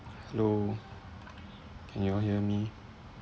hello can you all hear me